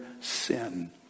Sin